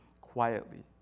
quietly